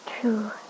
true